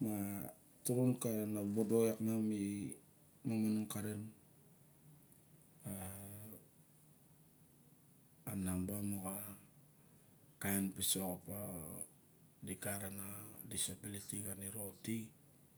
Moxa turum kana vovodo iak miang mimomorong karen a namba m xa pisok opa o di gat a na kain pisok opa o di gat a na disability ka niro ti.